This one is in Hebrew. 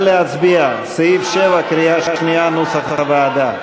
סעיף 7, כהצעת הוועדה,